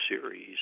series